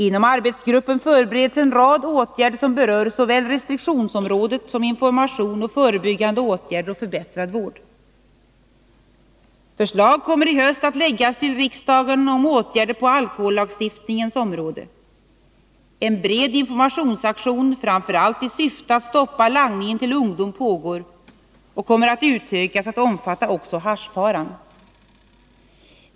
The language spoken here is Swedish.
Inom arbetsgruppen förbereds en rad åtgärder som berör såväl restriktionsområdet som information, förebyggande åtgärder och förbättrad vård. Förslag kommer i höst att läggas till riksdagen om åtgärder på alkohollagstiftningens område. En bred informationsaktion, framför allt i syfte att stoppa langningen till ungdom, pågår och kommer att utökas att omfatta också haschfaran.